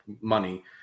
money